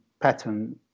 pattern